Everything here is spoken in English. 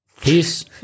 Peace